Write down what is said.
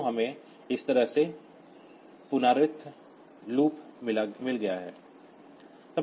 तो हमें इस तरह से पुनरावृत्त लूप मिल गया है